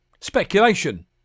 Speculation